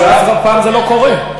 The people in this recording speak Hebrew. ואף פעם לא זה לא קורה.